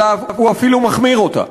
אלא הוא אפילו מחמיר אותה.